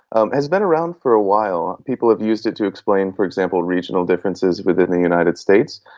um has been around for a while. people have used it to explain, for example, regional differences within the united states.